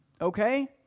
Okay